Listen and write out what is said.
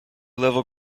level